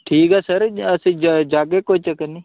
ठीक ऐ सर अस जाह्गे कोई चक्कर निं